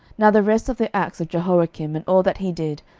now the rest of the acts of jehoiakim, and all that he did,